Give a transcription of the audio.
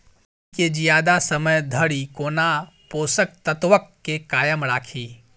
माटि केँ जियादा समय धरि कोना पोसक तत्वक केँ कायम राखि?